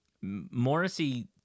Morrissey